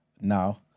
now